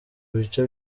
bice